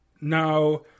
Now